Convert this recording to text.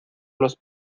los